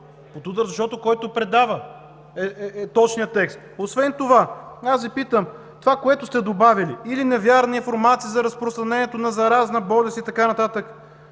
на закона, защото „който предава“ е точният текст. Освен това аз Ви питам: това, което сте добавили: „или невярна информация за разпространението на заразна болест“ и така нататък,